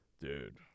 dude